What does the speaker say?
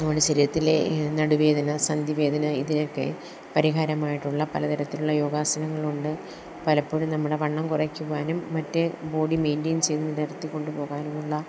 നമ്മുടെ ശരീരത്തിലെ നടുവേദന സന്ധിവേദന ഇതിനൊക്കെ പരിഹാരമായിട്ടുള്ള പല തരത്തിലുള്ള യോഗാസനങ്ങളുണ്ട് പലപ്പോഴും നമ്മുടെ വണ്ണം കുറയ്ക്കുവാനും മറ്റെ ബോഡി മെയിന്റൈയിൻ ചെയ്തു നിർത്തിക്കൊണ്ട് പോകാനുമുള്ള